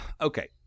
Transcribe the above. okay